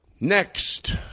Next